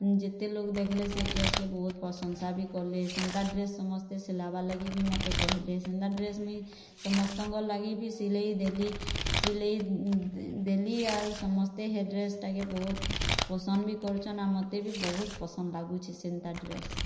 ଯେତେଲୋକ ଦେଖିଲେ ସେ ଡ୍ରେସ୍ କେ ବହୁତ ପ୍ରଶଂସା ବି କଲେ ସେନ୍ତା ଡ୍ରେସ୍ ସମସ୍ତେ ସିଲାବା ଲାଗି ମୋତେ କହିଲେ ସେନ୍ତା ଡ୍ରେସ୍ ମୁଇଁ ସମସ୍ତଙ୍କର୍ ଲାଗି ବି ସିଲେଇଲି ସିଲେଇ ଦେଲି ଆର୍ ସମସ୍ତେ ହେ ଡ୍ରେସ୍ଟାକେ ବହୁତ୍ ପସନ୍ଦ ବି କରୁଛନ୍ ଆଉ ମୋତେ ବି ପସନ୍ଦ ଲାଗୁଛି ସେନ୍ତା ଡ୍ରେସ୍